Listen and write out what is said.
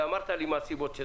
ואמרת לי מה הסיבות,